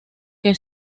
que